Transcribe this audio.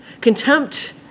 Contempt